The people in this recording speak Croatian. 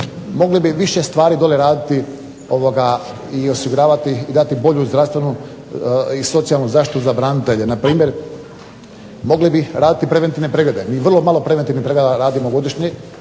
Mogli bi više stvari dole raditi i osiguravati i dati bolju zdravstvenu i socijalnu zaštitu za branitelje. Na primjer mogli bi raditi preventivne preglede. Mi vrlo malo preventivnih pregleda radimo godišnje.